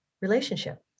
relationship